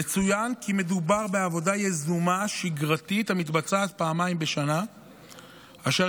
יצוין כי מדובר בעבודה יזומה שגרתית המתבצעת פעמיים בשנה אשר